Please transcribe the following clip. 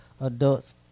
adults